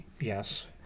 Yes